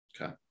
Okay